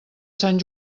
sant